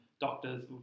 doctors